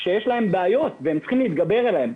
שיש להם בעיות והם צריכים להתגבר עליהם.